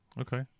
Okay